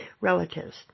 relatives